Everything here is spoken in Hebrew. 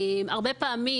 הרבה פעמים,